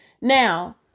Now